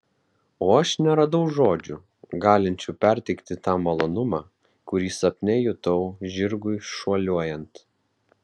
o aš neradau žodžių galinčių perteikti tą malonumą kurį sapne jutau žirgui šuoliuojant